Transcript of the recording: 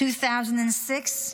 2006,